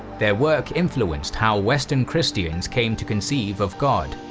their work influenced how western christians came to conceive of god,